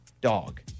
dog